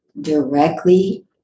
directly